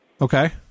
Okay